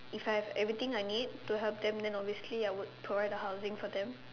if I have everything I need to help them then obviously I would provide the housing for them